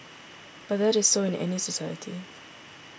but that is so in any society